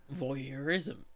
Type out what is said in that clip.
voyeurism